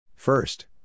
first